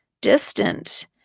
distant